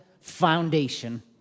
foundation